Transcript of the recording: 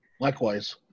likewise